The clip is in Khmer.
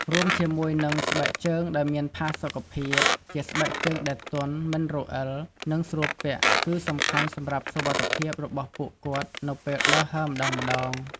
រួមជាមួយនឹង ស្បែកជើងដែលមានផាសុកភាព ជាស្បែកជើងដែលទន់ មិនរអិល និងស្រួលពាក់ គឺសំខាន់សម្រាប់សុវត្ថិភាពរបស់ពួកគាត់នៅពេលដើរហើរម្តងៗ។